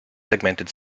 segmented